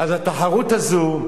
התחרות הזו,